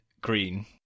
green